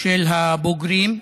של הבוגרים.